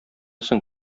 соң